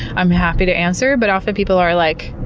i'm happy to answer. but, often people are like,